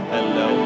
Hello